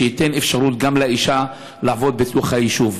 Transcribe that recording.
וייתן אפשרות גם לאישה לעבוד בתוך היישוב.